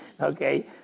okay